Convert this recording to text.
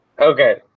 Okay